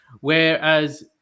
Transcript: Whereas